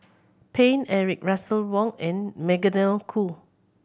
Paine Eric Russel Wong and Magdalene Khoo